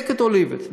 take it or leave it.